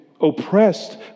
oppressed